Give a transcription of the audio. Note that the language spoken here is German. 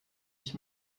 sich